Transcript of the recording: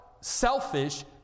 selfish